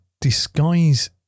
disguise